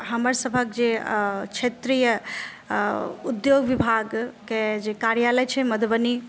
हमर सभक जे क्षेत्रीय उद्योग विभागके जे कार्यालय छै मधुबनी